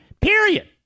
Period